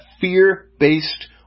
fear-based